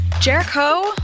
Jericho